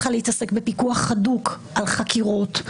צריכה להתעסק בפיקוח הדוק על חקירות,